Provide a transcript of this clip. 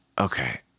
Okay